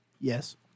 Yes